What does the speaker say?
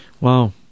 Wow